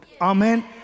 Amen